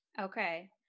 Okay